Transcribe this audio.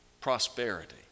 prosperity